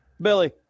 Billy